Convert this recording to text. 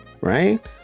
Right